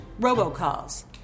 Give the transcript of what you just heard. robocalls